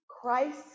Christ